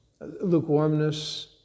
lukewarmness